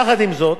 יחד עם זאת,